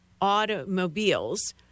automobiles